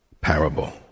parable